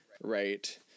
Right